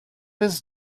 his